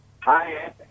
Hi